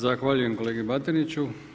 Zahvaljujem kolegi Batiniću.